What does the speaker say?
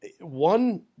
one